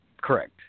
Correct